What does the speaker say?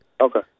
Okay